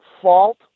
fault